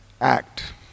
act